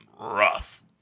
rough